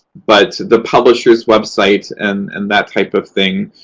but the publisher's website and and that type of thing,